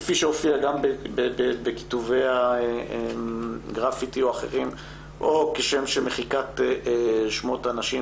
כפי שהופיע גם בכיתובי הגרפיטי או שלטים אחרים או מחיקת שמות הנשים,